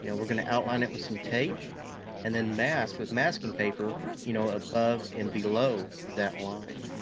you know we're gonna outline it with some tape and then mask with masking paper you know above and below that line.